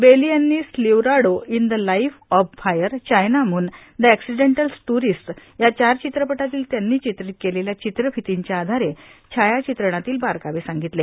Bailey यांनी Silverado in the line of fire China moon the accidental tourist या चार चित्रपटातील त्यांनी चित्रित केलेल्या चित्रफितींच्या आधारे छायाचित्रणातील बारकावे सांगितले